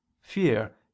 fear